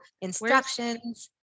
instructions